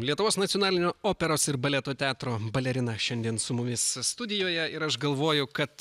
lietuvos nacionalinio operos ir baleto teatro balerina šiandien su mumis studijoje ir aš galvuoju kad